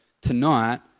tonight